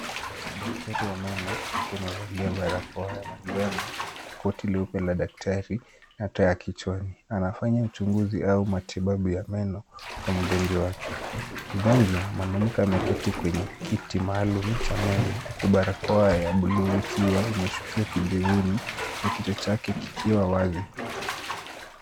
Daktari wa meno, aliyevalia barakoa ya rangi ya njano, koti jeupe la udaktari, na taa kichwani anafanya uchunguzi au matibabu ya meno kwa mgonjwa wake. Mgonjwa ameketi kwenye kiti maalum cha meno, barakoa ya buluu ikiwa imeshukishwa kidevuni na kichwa chake kikiwa wazi.